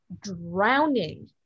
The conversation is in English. drowning